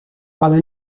ale